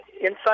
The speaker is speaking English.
inside